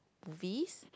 movies